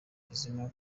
kizima